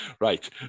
Right